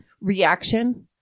reaction